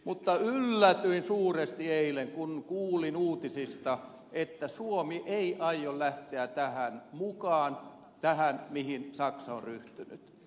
mutta yllätyin suuresti eilen kun kuulin uutisista että suomi ei aio lähteä mukaan tähän mihin saksa on ryhtynyt